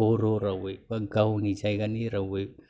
बर' रावै बा गावनि जायगानि रावै